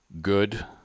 good